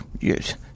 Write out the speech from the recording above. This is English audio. yes